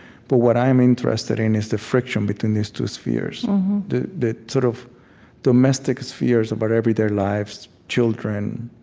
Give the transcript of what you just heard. but what i am interested in is the friction between these two spheres the the sort of domestic spheres of our but everyday lives children,